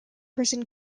prison